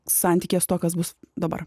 santykyje su tuo kas bus dabar